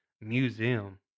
museum